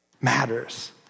matters